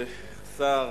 השר,